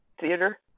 theater